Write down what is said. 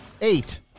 Eight